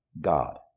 God